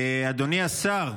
אדוני השר,